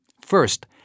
First